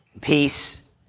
peace